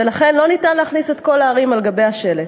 ולכן לא ניתן לכתוב את כל שמות הערים על גבי השלט.